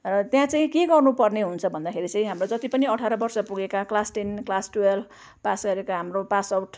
र त्यहाँ चाहिँ के गर्नुपर्ने हुन्छ भन्दाखेरि चाहिँ हाम्रो जति पनि अठार वर्ष पुगेका class ten class twelve pass गरेका हाम्रो पासआउट